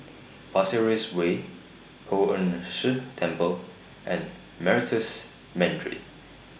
Pasir Ris Way Poh Ern Shih Temple and Meritus Mandarin